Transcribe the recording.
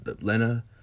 Lena